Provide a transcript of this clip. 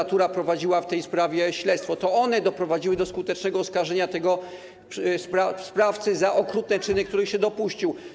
że prokuratura prowadziła w tej sprawie śledztwo, to one doprowadziły do skutecznego oskarżenia tego sprawcy za okrutne czyny, których się dopuścił.